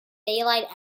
daylight